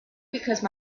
because